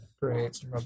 Great